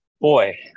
Boy